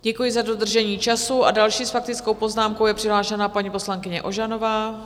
Děkuji za dodržení času a další s faktickou poznámkou je přihlášena paní poslankyně Ožanová.